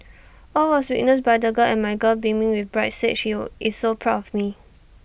all was witnessed by the girl and my girl beaming with pride said she'll is so proud of me